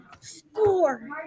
Score